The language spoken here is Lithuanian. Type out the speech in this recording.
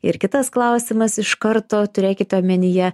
ir kitas klausimas iš karto turėkite omenyje